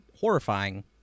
horrifying